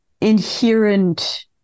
inherent